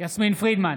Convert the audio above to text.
יסמין פרידמן,